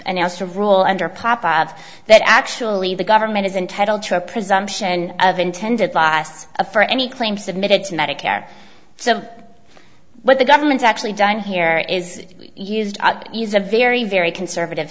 announced a rule under papa of that actually the government is entitled to a presumption of intended by us a for any claim submitted to medicare so what the government actually done here is used a very very conservative